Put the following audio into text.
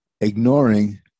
ignoring